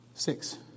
Six